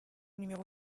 numéro